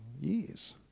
years